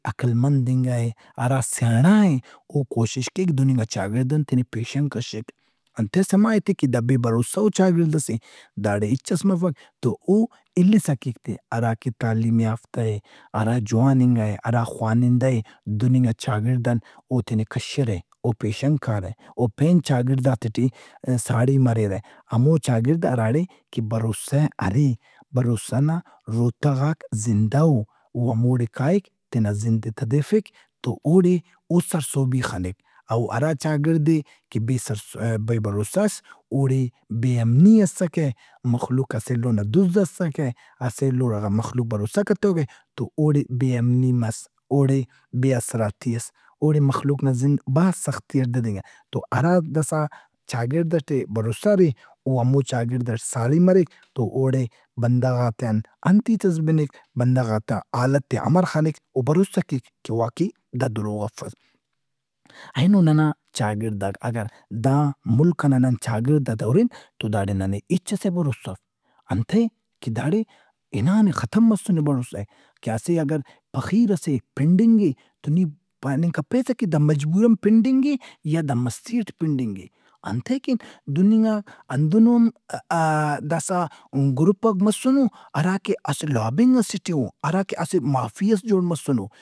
عقلمند انگا ئے ہرا سیانڑا اے او کوشش کیک دہننگا چاگڑدان تینے پیشن کشک۔ انتے؟ سما اے تہ کہ بے بھروسہ ؤ چاگڑِد ئس اے۔ داڑے ہچس مفک تو اودے الّسا کیک تہِ۔ ہراکہ تعلیم یافتہ اے، ہراجوان انگا اے، ہرا خوانندہ اے دہننگا چاگِڑد ان اوتینے کشرہ۔ او پیشن کارہ۔ او پین چاگڑداتے ٹے ساڑی مریرہ، ہموچاگڑد ہراڑے کہ بھروسہ ارے۔ بھروسہ نا روتغاک زندہ او۔ او ہموڑے کائک تینا زندئے تدیفک تو اوڑے او سرسہبی خنک۔ او ہراچاگڑد ئے کہ بے سر سو- بے بھروسہ اس، اوڑے بے امنی اسکہ، مخلوق اسہ ایلو نا دُز اسکہ، اسہ ایلوآ مخلوق بھروسہ کتوکہ تو اوڑے بے امنی مس، بے آسراتی اس، اوڑے مخلوق نا زند بھاز سختی اٹ گدرینگا تو ہرا داسا چاگڑ ئٹے بھروسہ ارے اوہمو چاگڑد ئٹے ساڑی مریک۔ تو اوڑے بندغاتے ان انت ہیتس بِنِک، بندغات آ حالت ئے امر خنک او بھروسہ کیک کہ واقعی دا دروغ افس۔ اینو ننا چاگڑداک اگر دا ملک ئنا نن چاگڑدات آ ہُرن تو داڑے ننے ہچ ئسے آ بھروسہ اف۔ انتئے کہ داڑےہِنانے ختم مسُّنے بھروسہ۔ کہ اسہ اگہ پخیرس اے پِنڈِنگ اے تو نی دا پاننگ کپیسہ کہ دا مجبوراً پنڈِنگ اے یا دا مستی اٹ پِنڈِنگ اے۔ انتئے کن دہننگا ہندن اـآ- داسا گروپاک مسنوہراکہ اسہ لابنگ ئسے ٹے او۔ ہراکہ اسہ مافیہس جوڑ مسنو۔